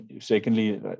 Secondly